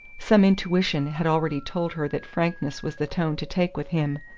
some intuition had already told her that frankness was the tone to take with him.